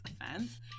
offense